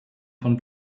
von